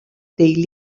dei